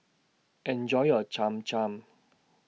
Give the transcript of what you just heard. Enjoy your Cham Cham